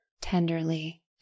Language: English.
tenderly